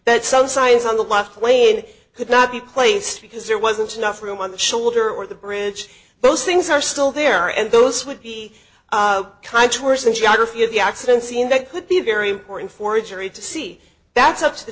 that some signs on the left lane could not be placed because there wasn't enough room on the shoulder or the bridge those things are still there and those would be kind to worsen geography of the accident scene that could be very important for a jury to see that's up to the